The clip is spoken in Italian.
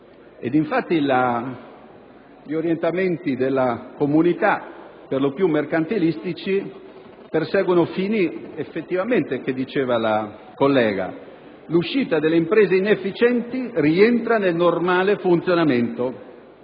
Infatti gli orientamenti della Comunità, per lo più mercantilistici, perseguono effettivamente i fini di cui ha parlato la senatrice. L'uscita delle imprese inefficienti rientra nel normale funzionamento